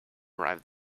arrive